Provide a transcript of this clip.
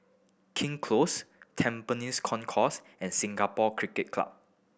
King Close Tampines Concourse and Singapore Cricket Club